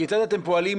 כיצד אתם פועלים